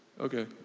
okay